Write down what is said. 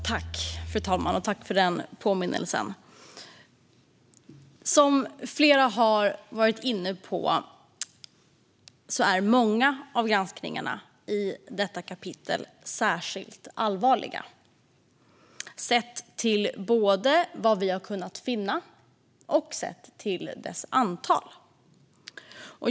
Fru talman! Flera har varit inne på att många av granskningarna i detta kapitel är särskilt allvarliga sett till vad vi har funnit och till deras antal.